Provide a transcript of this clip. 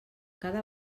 cada